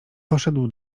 poszedł